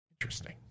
Interesting